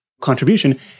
contribution